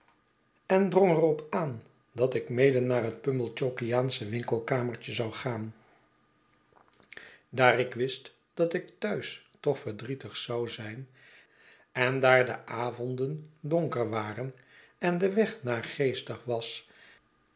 en drong er op aan dat ik mede naar het pumblechookiaansche winkelkamertje zou gaan daar ik wist dat ik thuis toch verdrietig zou zijn en daar de avonden donker waren en de weg naargeestig was